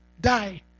die